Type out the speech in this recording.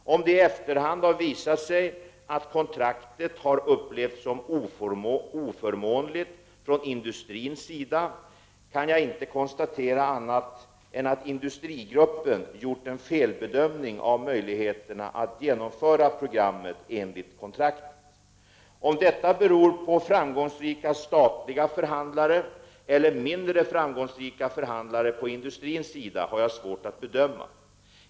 Om det i efterhand har visat sig att kontraktet har upplevts som oförmånligt från industrins sida kan jag inte konstatera annat än att industrigruppen gjort en felbedömning av möjligheterna att genomföra programmet enligt kontraktet. Om detta beror på att statliga förhandlare varit framgångsrika eller på att förhandlare på industrins sida har varit mindre framgångsrika har jag svårt att bedöma.